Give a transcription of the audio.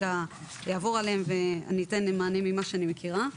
אעבור עליהם ואתן מענים ממה שאני מכירה.